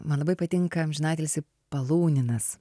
man labai patinka amžinatilsį palūninas